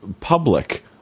public